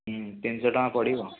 ତିନି ଶହ ଟଙ୍କା ପଡ଼ିବ